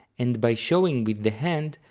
and by showing with the hand,